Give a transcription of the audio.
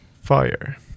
fire